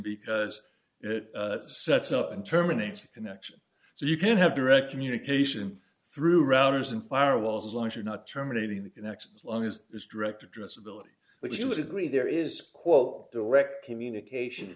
because it sets up an terminates a connection so you can have direct communication through routers and firewalls as long as you're not terminating the connection as long as it's direct address ability but you would agree there is quote direct communication